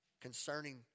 concerning